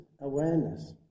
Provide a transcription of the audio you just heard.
awareness